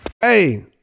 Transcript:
Hey